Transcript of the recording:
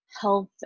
health